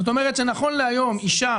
זאת אומרת, נכון להיום אישה